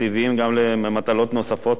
תקציביים גם למטלות נוספות,